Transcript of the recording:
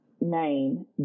name